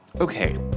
Okay